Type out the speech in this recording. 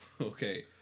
okay